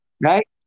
Right